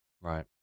Right